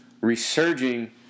resurging